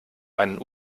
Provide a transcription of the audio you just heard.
einen